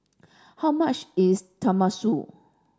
how much is Tenmusu